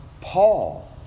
Paul